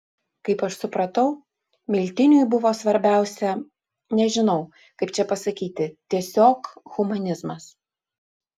kaip aš supratau miltiniui buvo svarbiausia nežinau kaip čia pasakyti tiesiog humanizmas